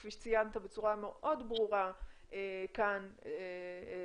כפי שציינת בצורה מאוד ברורה כאן אצלנו,